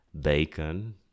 bacon